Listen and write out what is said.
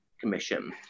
Commission